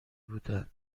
بودن